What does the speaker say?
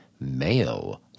male